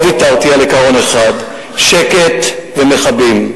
לא ויתרתי על עיקרון אחד: שקט מכבים.